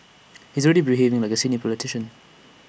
he's already behaving like A senior politician